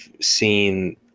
seen